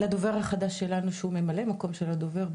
לדובר החדש שלנו שהוא ממלא מקום של הדובר הקבוע,